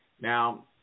Now